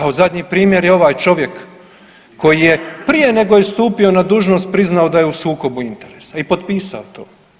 Evo zadnji primjer je ovaj čovjek koji je prije nego je stupio na dužnost, priznao da je u sukobu interesa i potpisao to.